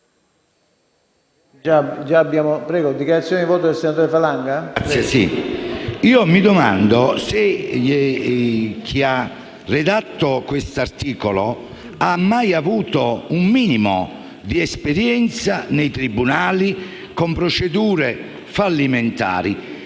mi domando se chi ha redatto il testo di questo articolo abbia mai avuto un minimo di esperienza nei tribunali di procedure fallimentari.